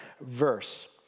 verse